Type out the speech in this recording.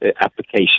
application